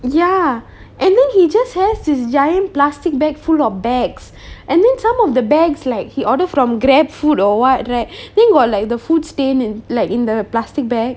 ya and then he just has this giant plastic bag full of bags and then some of the bags like he order from grab food or what right then got like the food stain in like in the plastic bag